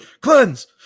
cleanse